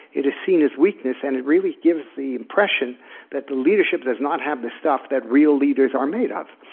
it is seen as weakness as and it really gives the impression that the leadership does not have the stuff that real leaders are made of.